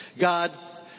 God